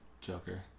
Joker